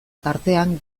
tartean